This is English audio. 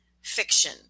fiction